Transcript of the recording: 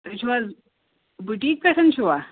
تُہۍ چھُ حظ بُٹیٖک پٮ۪ٹھ چھُوا